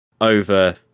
over